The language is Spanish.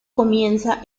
comienza